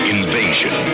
Invasion